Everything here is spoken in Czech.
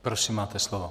Prosím, máte slovo.